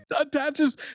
attaches